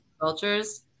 cultures